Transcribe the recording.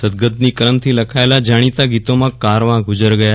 સદગતના કામથી લખાયેલા જાણીતા ગીતોમાં કારવાં ગુઝર ગયા